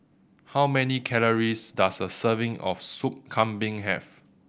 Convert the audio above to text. how many calories does a serving of Sup Kambing have